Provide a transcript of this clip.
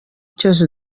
cyose